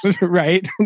Right